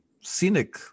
scenic